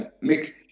make